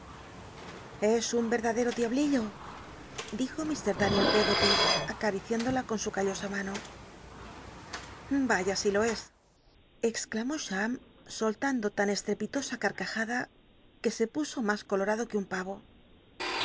s un yci'dadcl'o diablillo dijo ir daniel peggot acarici indola con su callosa mano vaya si jo es exclamó cham soltando lan estrepitosa carcajada que e puso mas colorado que un pavo